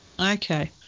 Okay